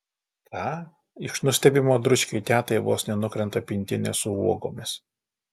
ką iš nustebimo dručkei tetai vos nenukrenta pintinė su uogomis